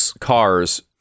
cars